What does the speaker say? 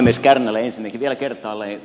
kärnälle ensinnäkin vielä kertaalleen